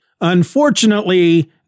Unfortunately